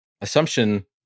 assumption